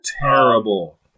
Terrible